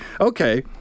okay